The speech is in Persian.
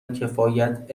کفایت